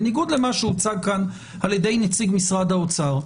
בניגוד למה שהוצג כאן על ידי נציג משרד האוצר,